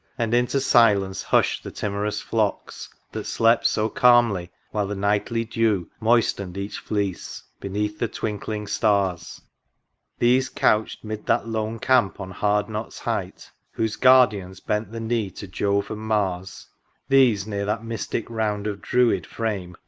and into silence hush the timorous flocks, that slept so calmly while the nightly dew moisten'd each fleece, beneath the twinkling stars these couch'd mid that lone camp on hardknot's height. whose guardians bent the knee to jove and mars these near that mystic round of druid frame,